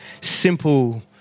Simple